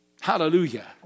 Hallelujah